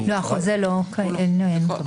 זה לא האירוע.